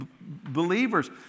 believers